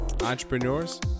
entrepreneurs